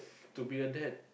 to be a dad